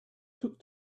took